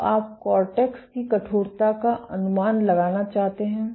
तो आप कोर्टेक्स की कठोरता का अनुमान लगाना चाहते हैं